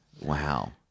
Wow